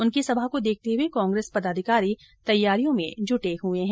उनकी सभा को देखते हए कांग्रेस पदाधिकारी तैयारियों में जुटे हुए है